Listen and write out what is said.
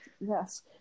Yes